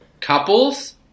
Couples